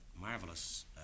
marvelous